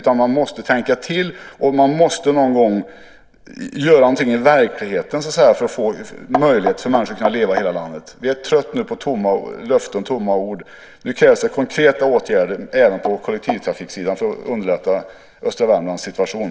Man måste tänka till, och man måste någon gång göra någonting i verkligheten för att ge människor i hela landet möjlighet att leva. Vi är trötta på tomma löften och ord. Nu krävs det konkreta åtgärder även på kollektivtrafiksidan för att underlätta östra Värmlands situation.